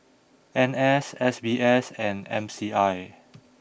N S S B S and M C I